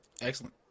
Excellent